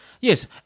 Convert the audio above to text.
yes